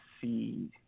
see